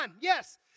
yes